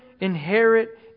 inherit